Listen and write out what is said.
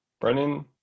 Brennan